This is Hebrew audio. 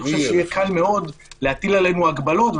אני חושב שיהיה קל מאוד להטיל עלינו הגבלות,